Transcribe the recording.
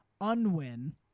Unwin